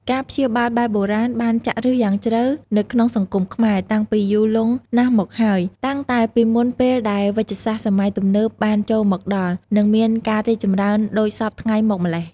ការព្យាបាលបែបបុរាណ បានចាក់ឫសយ៉ាងជ្រៅនៅក្នុងសង្គមខ្មែរ តាំងពីយូរលង់ណាស់មកហើយ តាំងតែពីមុនពេលដែលវេជ្ជសាស្ត្រសម័យទំនើបបានចូលមកដល់ និងមានការរីកចម្រើនដូចសព្វថ្ងៃមកម៉្លេះ។